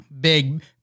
Big